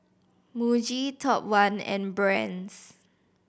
Muji Top One and Brand's